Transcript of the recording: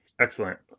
Excellent